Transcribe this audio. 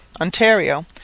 Ontario